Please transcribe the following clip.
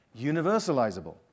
universalizable